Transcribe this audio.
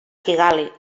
kigali